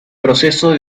proceso